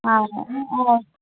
آ